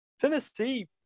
Tennessee